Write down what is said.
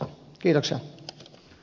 arvoisa puhemies